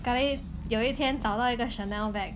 sekali 有一天找到一个 Chanel bag